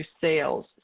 sales